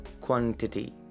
quantity